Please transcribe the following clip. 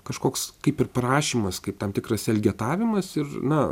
kažkoks kaip ir prašymas kaip tam tikras elgetavimas ir na